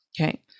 Okay